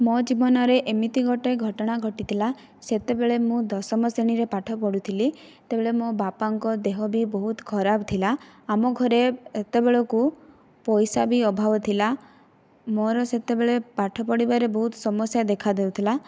ମୋ' ଜୀବନରେ ଏମିତି ଗୋଟିଏ ଘଟଣା ଘଟିଥିଲା ସେତେବେଳେ ମୁଁ ଦଶମ ଶ୍ରେଣୀରେ ପାଠପଢୁଥିଲି ସେତେବେଳେ ମୋ' ବାପାଙ୍କ ଦେହ ବି ବହୁତ ଖରାପ ଥିଲା ଆମ ଘରେ ସେତବେଳେକୁ ପଇସା ବି ଅଭାବ ଥିଲା ମୋ'ର ସେତେବେଳେ ପାଠ ପଢ଼ିବାରେ ବହୁତ ସମସ୍ଯା ଦେଖାଦେଉଥିଲା